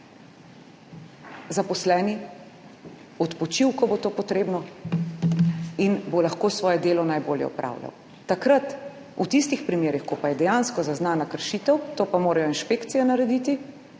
zaposleni spočil, ko bo to potrebno, in bo lahko svoje delo najbolje opravljal. V tistih primerih, ko pa je dejansko zaznana kršitev, pa morajo inšpekcije narediti